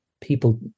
people